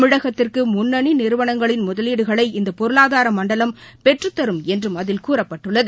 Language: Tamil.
தமிழகத்திற்கு முன்னணி நிறுவனங்களின் முதலீடுகளை இந்தப் பொருளாதார மண்டலம் பெற்றுத் தரும் என்றும் அதில் கூறப்பட்டுள்ளது